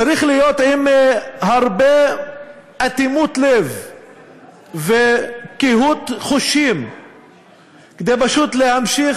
צריך להיות עם הרבה אטימות לב וקהות חושים כדי להמשיך